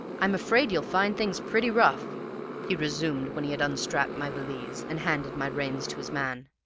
i'm afraid you'll find things pretty rough he resumed, when he had unstrapped my valise, and handed my reins to his man.